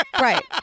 Right